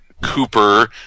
cooper